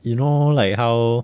you know like how